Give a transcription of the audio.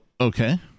okay